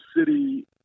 City